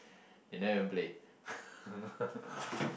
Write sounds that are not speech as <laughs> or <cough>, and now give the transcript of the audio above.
you never even play <laughs>